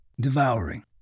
devouring